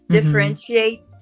Differentiate